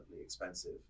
expensive